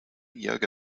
yoga